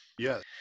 Yes